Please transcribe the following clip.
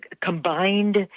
combined